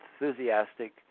enthusiastic